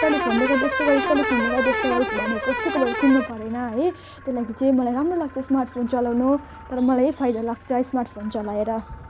तैँले फोनले गर्दा यस्तो गरिस् तैँले फोनले गर्दा यस्तो गरिस् भने कसैकोबाट सुन्नुपरेन है त्यही लागि चाहिँ मलाई राम्रो लाग्छ स्मार्टफोन चलाउनु तर मलाई यही फाइदा लाग्छ स्मार्टफोन चलाएर